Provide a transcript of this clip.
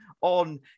on